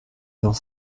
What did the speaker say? dans